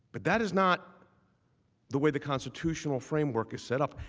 but that is not the way the constitutional framework is set up.